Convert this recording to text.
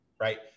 right